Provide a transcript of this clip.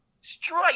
straight